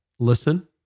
Listen